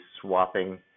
swapping